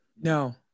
No